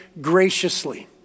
graciously